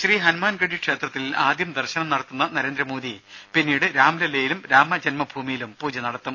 ശ്രീഹനുമാൻ ഗഡി ക്ഷേത്രത്തിൽ ആദ്യം ദർശനം നടത്തുന്ന നരേന്ദ്രമോദി പിന്നീട് രാംലല്ലയിലും രാമ ജന്മഭൂമിയിലും പൂജ നടത്തും